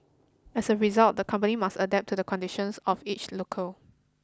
as a result the company must adapt to the conditions of each locale